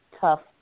tough